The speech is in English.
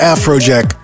Afrojack